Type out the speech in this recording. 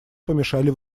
помешали